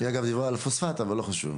היא אגב דיברה על פוספט אבל לא חשוב.